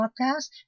podcast